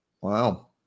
Wow